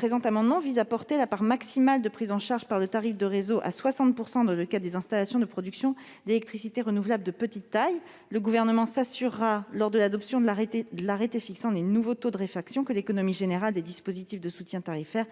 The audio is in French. Cet amendement vise à porter la part maximale de prise en charge par le tarif de réseau à 60 % dans le cas des installations de production d'électricité renouvelable de petite taille. Le Gouvernement s'assurera, lors de l'adoption de l'arrêté fixant les nouveaux taux de réfaction, que l'économie générale des dispositifs de soutien tarifaire